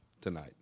tonight